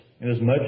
inasmuch